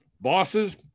bosses